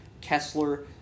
Kessler